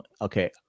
Okay